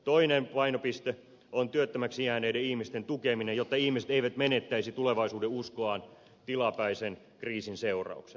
toinen painopiste on työttömäksi jääneiden ihmisten tukeminen jotta ihmiset eivät menettäisi tulevaisuudenuskoaan tilapäisen kriisin seurauksena